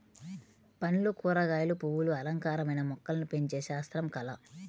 పండ్లు, కూరగాయలు, పువ్వులు అలంకారమైన మొక్కలను పెంచే శాస్త్రం, కళ